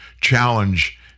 challenge